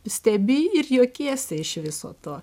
stebi ir juokiesi iš viso to